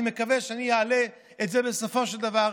אני מקווה שאני אעלה את זה בסופו של דבר,